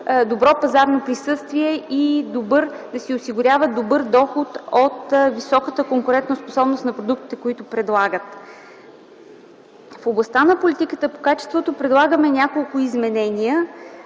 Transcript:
добро пазарно присъствие и да си осигуряват добър доход от високата конкурентоспособност на продуктите, които предлагат. В областта на политиката по качеството предлагаме няколко изменения.